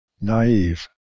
naive